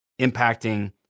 impacting